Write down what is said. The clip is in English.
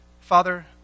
Father